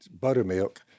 buttermilk